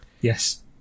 Yes